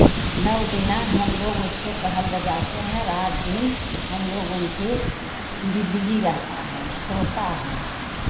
नौ दिन ना हम लोग उसको टहल बजाते हैं रात दिन हम लोग उनके बिजी रहते हैं सोते हैं